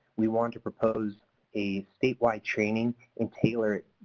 we wanted to propose a statewide training and tailor it